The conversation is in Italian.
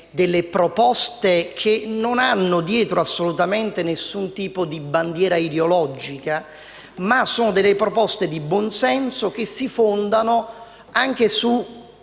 delle proposte che non hanno dietro assolutamente nessun tipo di bandiera ideologica: sono delle proposte di buonsenso che si fondano anche -